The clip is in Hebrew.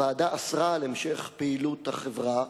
הוועדה אסרה את המשך פעילות החברה,